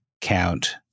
count